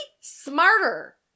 smarter